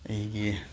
ꯑꯩꯒꯤ